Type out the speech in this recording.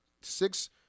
Six